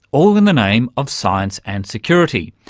all in the name of science and security.